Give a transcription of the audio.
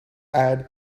add